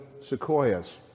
sequoias